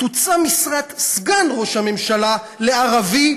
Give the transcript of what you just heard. תוצע משרת סגן ראש הממשלה לערבי,